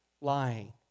Lying